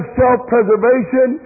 self-preservation